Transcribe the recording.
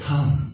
Come